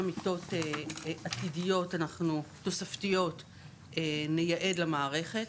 מיטות עתידיות אנחנו תוספתיות נייעד למערכת.